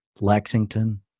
Lexington